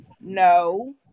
no